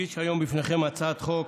הרציונל של הצעת החוק: